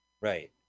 Right